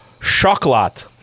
Chocolat